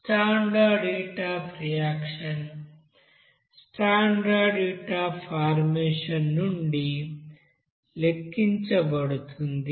standard heat of reaction standard heat of formation నుండి లెక్కించబడుతుంది